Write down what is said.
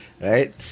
right